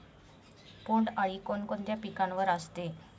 बोंडअळी कोणकोणत्या पिकावर असते?